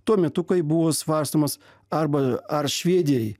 tuo metu kai buvo svarstomas arba ar švedijai